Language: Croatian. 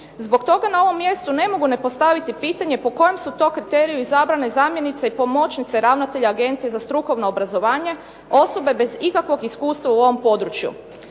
Zbog toga na ovom mjestu ne mogu ne postaviti pitanje po kojem su to kriteriju izabrane zamjenice i pomoćnice ravnatelja Agencije za strukovno obrazovanje, osobe bez ikakvog iskustva u ovom području.